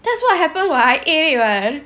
that's what happened [what] I ate it [what]